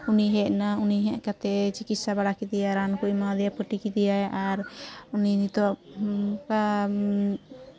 ᱩᱱᱤ ᱦᱮᱡ ᱱᱟᱭ ᱩᱱᱤ ᱦᱮᱡ ᱠᱟᱛᱮᱫ ᱪᱤᱠᱤᱛᱥᱟ ᱵᱟᱲᱟ ᱠᱮᱫᱮᱭᱟᱭ ᱨᱟᱱ ᱠᱚᱭ ᱮᱢᱟ ᱵᱟᱲᱟ ᱟᱫᱮᱭᱟ ᱟᱨ ᱩᱱᱤ ᱱᱤᱛᱚᱜ ᱚᱱᱠᱟ